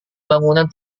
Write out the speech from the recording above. bangunan